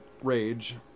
rage